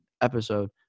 episode